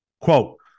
Quote